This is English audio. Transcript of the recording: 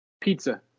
Pizza